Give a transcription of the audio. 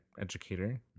educator